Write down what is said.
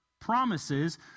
promises